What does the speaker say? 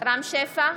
רם שפע,